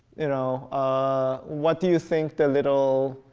you know ah what do you think the little